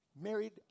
Married